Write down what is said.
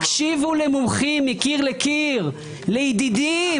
הקשיבו למומחים מקיר לקיר ולידידים,